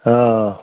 हाँ